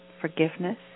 forgiveness